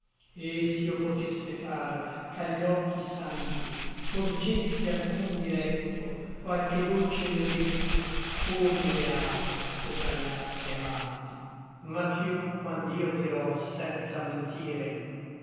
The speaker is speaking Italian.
et s'io potesse far ch'agli occhi santi porgesse alcun dilecto qualche dolce mio detto o me beato sopra gli altri amanti ma piú quand'io dirò senza mentire